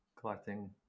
collecting